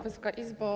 Wysoka Izbo!